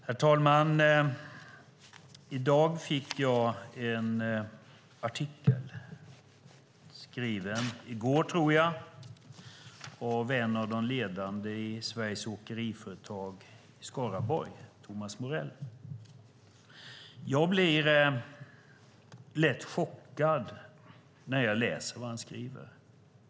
Herr talman! I dag fick jag en artikel skriven i går, tror jag, från en av de ledande i Sveriges Åkeriföretag i Skaraborg, Thomas Morell. Jag blev lätt chockad när jag läste vad han har skrivit.